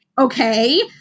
okay